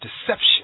deception